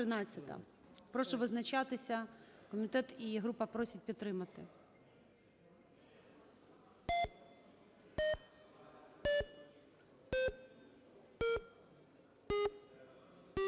Прошу визначатися, комітет і група просять підтримати.